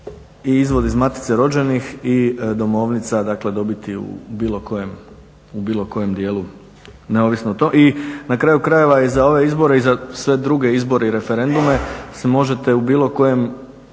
i izvod iz matice rođenih i domovnica dakle dobiti u bilo kojem dijelu, neovisno o tome. I na kraju krajeva i za ove izbore i za sve druge izbore i referendume se možete u bilo kojem